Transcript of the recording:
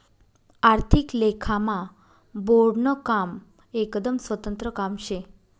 आर्थिक लेखामा बोर्डनं काम एकदम स्वतंत्र काम शे